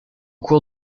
cours